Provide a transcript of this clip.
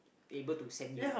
able to send you